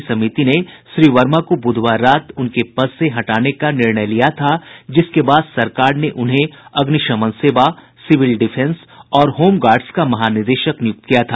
CBI निदेशक की चयन संबंधी समिति ने श्री वर्मा को बुधवार रात उनके पद से हटाने का निर्णय लिया था जिसके बाद सरकार ने उन्हें अग्निशमन सेवा सिविल डिफेंस और होम गार्ड्स का महानिदेशक नियुक्त किया था